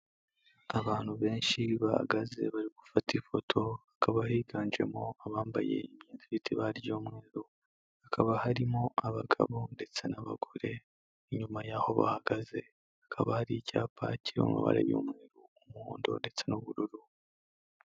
Abantu benshi bahagaze bari gufata ifoto, hakaba higanjemo abambaye imyenda ifite ibara ry'umweru, hakaba harimo abagabo ndetse n'abagore, inyuma y'aho bahagaze hakaba hari icyapa kiri mu mabara y'umweru, umuhondo ndetse n'ubururu.